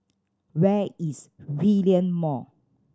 where is Hillion Mall